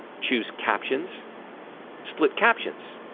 choose captions split captions,